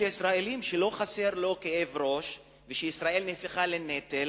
על אובמה להגיד לישראלים שלא חסר לו כאב ראש ושישראל הפכה לנטל,